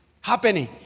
happening